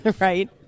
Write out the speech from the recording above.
Right